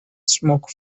smoke